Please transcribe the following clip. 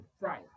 Right